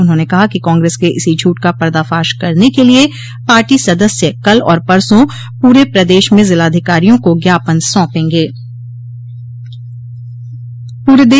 उन्होंने कहा कि कांग्रेस के इसी झूठ का पर्दाफाश करने के लिये पाटी सदस्य कल और परसों पूरे प्रदेश में जिलाधिकारियों को ज्ञापन सौंपेगे